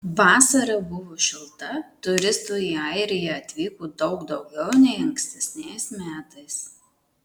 vasara buvo šilta turistų į airiją atvyko daug daugiau nei ankstesniais metais